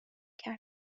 کرد